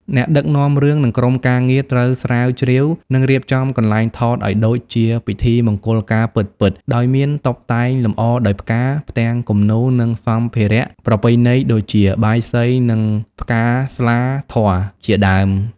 អ្នកដឹកនាំរឿង និងក្រុមការងារត្រូវស្រាវជ្រាវ និងរៀបចំកន្លែងថតឲ្យដូចជាពិធីមង្គលការពិតៗ ដោយមានតុបតែងលំអដោយផ្កា ផ្ទាំងគំនូរ និងសម្ភារៈប្រពៃណីដូចជា បាយសី និង ផ្កា ស្លាធម៌ ជាដើម។